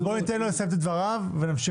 אז בואו ניתן לו לשאת את דבריו ונתקדם.